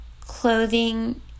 clothing